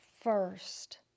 first